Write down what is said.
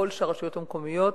ככל שהרשויות המקומיות